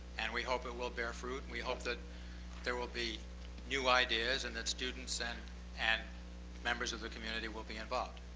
and we hope it will bear fruit. and we hope that there will be new ideas. and that students and and members of the community will be involved.